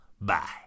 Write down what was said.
Bye